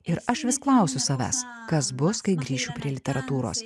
ir aš vis klausiu savęs kas bus kai grįšiu prie literatūros